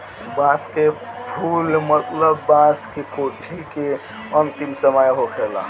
बांस के फुल मतलब बांस के कोठी के अंतिम समय होखेला